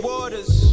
Waters